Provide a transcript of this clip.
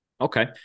Okay